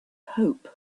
hope